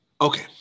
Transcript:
Okay